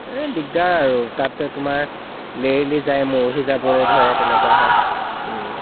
এই দিগদাৰ আৰু তাতে তোমাৰ লেৰেলি যায় মৰহি যাবলৈ ধৰে তেনেকুৱা হয়